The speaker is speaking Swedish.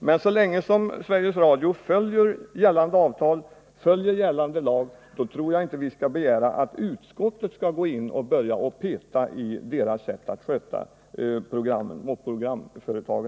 Men så länge Sveriges Radio följer gällande lag och avtal tror jag inte vi skall begära att utskottet skall gå in och börja peta i Sveriges Radios sätt att sköta sitt arbete.